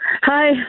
Hi